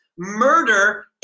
murder